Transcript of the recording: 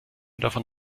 davon